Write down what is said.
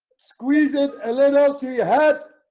squeeze it a little to your head